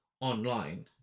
online